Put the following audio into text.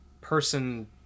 person